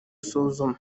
suzuma